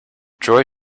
joy